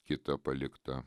kita palikta